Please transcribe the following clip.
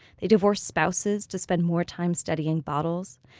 they divorce spouses to spend more time studying bottles.